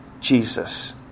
Jesus